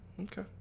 Okay